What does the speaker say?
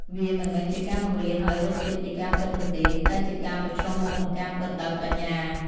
វាមិនមែនជាការបង្រៀនឱ្យរត់គេចពីការពិតនោះទេ តែជាការប្រឈមមុខនឹងការពិតដោយប្រាជ្ញា។